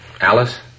Alice